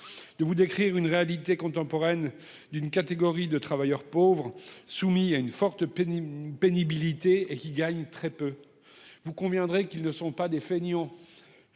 De vous décrire une réalité contemporaine d'une catégorie de travailleurs pauvres soumis à une forte pénible une pénibilité et qui gagne très peu. Vous conviendrez qu'ils ne sont pas des fainéants.